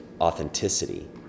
authenticity